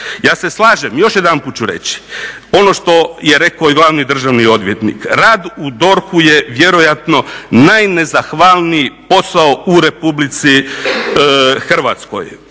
Ja se slažem, još jedanput ću reći, ono što je rekao i glavni državni odvjetnik, rad u DORH-u je vjerojatno najnezahvalniji posao u Republici Hrvatskoj.